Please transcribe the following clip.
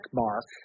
mark